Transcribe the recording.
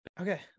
Okay